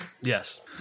Yes